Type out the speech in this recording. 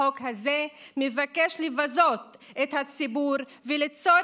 החוק הזה מבקש לבזות את הציבור וליצור